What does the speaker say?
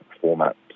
format